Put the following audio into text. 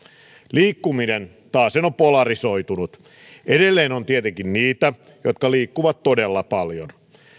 liikkuminen taasen on polarisoitunut edelleen on tietenkin niitä jotka liikkuvat todella paljon